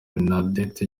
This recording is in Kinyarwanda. bernadette